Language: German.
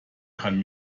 kann